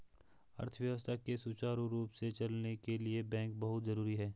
अर्थव्यवस्था के सुचारु रूप से चलने के लिए बैंक बहुत जरुरी हैं